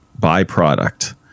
byproduct